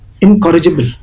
incorrigible